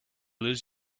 lose